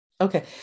Okay